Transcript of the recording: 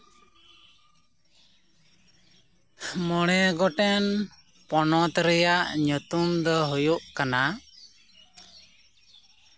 ᱢᱚᱬᱮ ᱜᱚᱴᱮᱱ ᱯᱚᱱᱚᱛ ᱨᱮᱭᱟᱜ ᱧᱩᱛᱩᱢ ᱫᱚ ᱦᱩᱭᱩᱜ ᱠᱟᱱᱟ